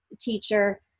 teacher